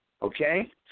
Okay